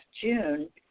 June